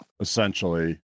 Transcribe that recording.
Essentially